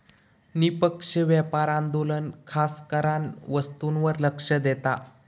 निष्पक्ष व्यापार आंदोलन खासकरान वस्तूंवर लक्ष देता